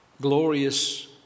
glorious